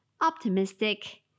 optimistic